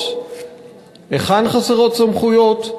חסרות סמכויות?